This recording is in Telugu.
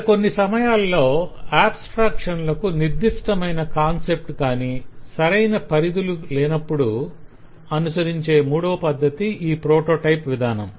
ఇక కొన్ని సమయాల్లో అబస్త్రాక్షన్లకు నిర్దిష్టమైన కాన్సెప్ట్ కాని సరైన పరిధులు లేనప్పుడు అనుసరించే మూడవ పద్ధతి ఈ ప్రొటోటైప్ విధానం